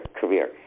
career